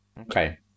Okay